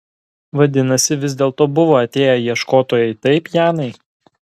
vadinasi vis dėlto buvo atėję ieškotojai taip janai